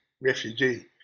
refugee